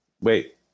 Wait